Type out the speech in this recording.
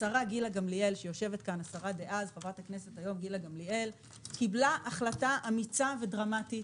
השרה דאז חברת הכנסת גילה גמליאל קיבלה החלטה אמיצה ודרמטית